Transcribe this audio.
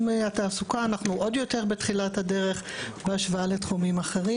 התעסוקה אנחנו עוד יותר בתחילת הדרך בהשוואה לתחומים אחרים.